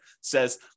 says